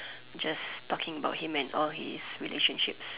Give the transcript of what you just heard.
just talking about him and all his relationships